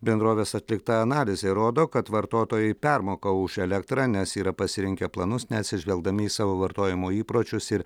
bendrovės atlikta analizė rodo kad vartotojai permoka už elektrą nes yra pasirinkę planus neatsižvelgdami į savo vartojimo įpročius ir